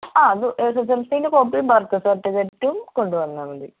ആ അത് എസ് എസ് എൽ സീൻ്റെ കോപ്പീം ബെർത്ത് സർട്ടിഫിക്കറ്റും കൊണ്ടുവന്നാൽ മതി